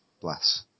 bless